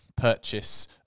purchase